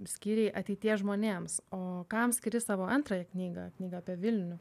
skyrei ateities žmonėms o kam skiri savo antrąją knygą knygą apie vilnių